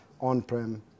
on-prem